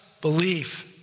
belief